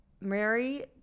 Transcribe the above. Mary